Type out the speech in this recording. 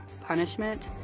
punishment